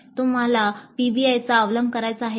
तुम्हाला पीबीआयचा अवलंब करायचा आहे का